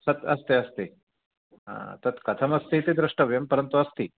अस्ति अस्ति तत् कथम् अस्ति इति दृष्टव्यं परन्तु अस्ति